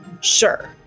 Sure